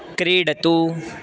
क्रीडतु